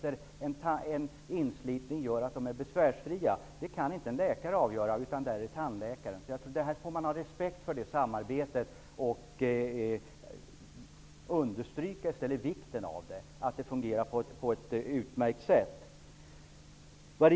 En inslipning gör då att de blir besvärsfria. Detta kan inte en läkare avgöra. Det måste en tandläkare göra. Vi måste ha respekt för det samarbetet och understryka vikten av att det fungerar på ett utmärkt sätt.